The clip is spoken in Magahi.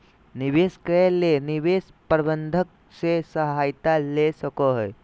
निवेश करे ले निवेश प्रबंधक से सहायता ले सको हो